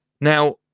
Now